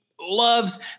loves